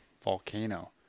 Volcano